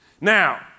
Now